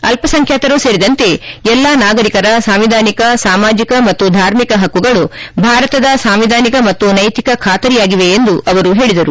ಅಲ್ಪ ಸಂಖ್ಯಾತರು ಸೇರಿದಂತೆ ಎಲ್ಲಾ ನಾಗರಿಕರ ಸಾಂವಿಧಾನಿಕ ಸಾಮಾಜಿಕ ಮತ್ತು ಧಾರ್ಮಿಕ ಪಕ್ಕುಗಳು ಭಾರತದ ಸಾಂವಿಧಾನಿಕ ಮತ್ತು ನೈತಿಕ ಖಾತರಿಯಾಗಿವೆ ಎಂದು ಅವರು ಹೇಳಿದರು